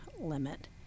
limit